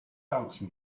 dance